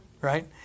Right